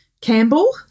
campbell